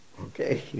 Okay